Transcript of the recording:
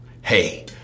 Hey